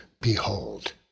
behold